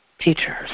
Teachers